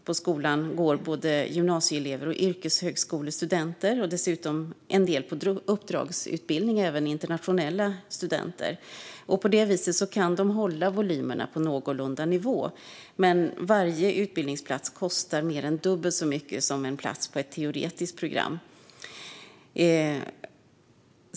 På skolan går både gymnasieelever och yrkeshögskolestudenter och dessutom en del på uppdragsutbildning, även internationella studenter. På det viset kan de hålla volymerna på någorlunda nivå. Men varje utbildningsplats kostar mer än dubbelt så mycket som en plats på ett teoretiskt program.